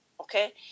Okay